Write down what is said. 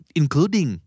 including